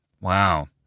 Wow